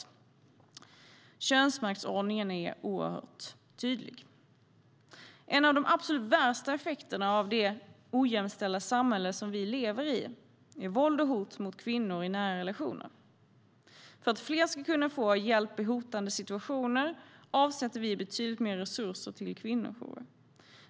Könsmaktsordningen är oerhört tydlig. En av de absolut värsta effekterna av det ojämställda samhälle som vi lever i är våld och hot mot kvinnor i nära relationer. För att fler ska kunna få hjälp i hotande situationer avsätter vi betydligt mer resurser till kvinnojourer.